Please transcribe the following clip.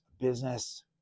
business